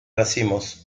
racimos